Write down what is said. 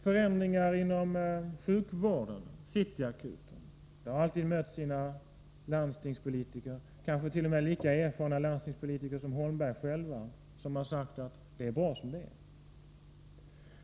Förändringar inom sjukvården, t.ex. City Akuten, har alltid mött sina landstingspolitiker, kanske t.o.m. lika erfarna landstingspolitiker som Bo Holmberg själv, som har sagt att det är bra som det är.